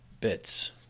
bits